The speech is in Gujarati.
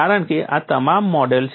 કારણ કે આ તમામ મોડલ છે